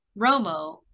Romo